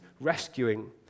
rescuing